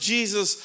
Jesus